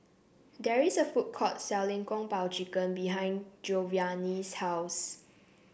there is a food court selling Kung Po Chicken behind Giovanni's house